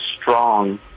strong